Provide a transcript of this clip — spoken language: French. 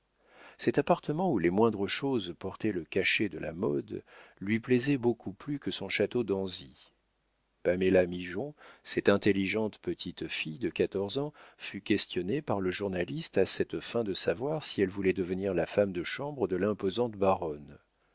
cet appartement où les moindres choses portaient le cachet de la mode lui plaisait beaucoup plus que son château d'anzy paméla migeon cette intelligente petite fille de quatorze ans fut questionnée par le journaliste à cette fin de savoir si elle voulait devenir la femme de chambre de l'imposante baronne